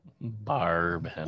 barb